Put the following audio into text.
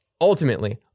Ultimately